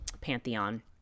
pantheon